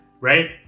right